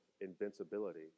invincibility